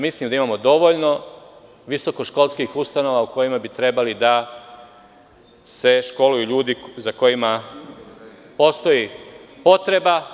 Mislim da imamo dovoljno visokoškolskih ustanova u kojima bi trebalo da se školuju ljudi za kojima postoji potreba.